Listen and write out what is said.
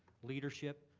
leadership,